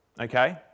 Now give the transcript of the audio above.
okay